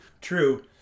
True